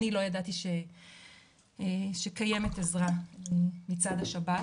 אני לא ידעתי שקיימת עזרה מצד השב"ס.